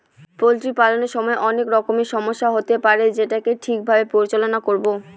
poultry পালনের সময় অনেক রকমের সমস্যা হতে পারে যেটাকে ঠিক ভাবে পরিচালনা করবো